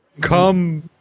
come